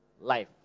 life